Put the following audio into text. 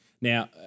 Now